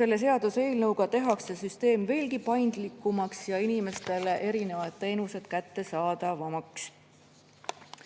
Selle seaduseelnõuga tehakse süsteem veelgi paindlikumaks ja inimestele erinevad teenused kättesaadavamaks.